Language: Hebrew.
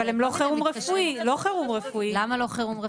אבל הם לא חירום רפואי, לא חירום רפואי.